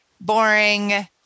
boring